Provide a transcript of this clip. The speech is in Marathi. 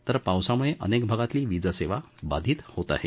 तर पावसामुळे अनके भागातली वीजसेवा बाधित होत आहे